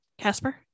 Casper